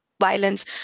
violence